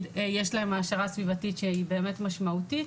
יש להן העשרה סביבתית שהיא באמת משמעותית,